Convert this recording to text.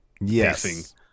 Yes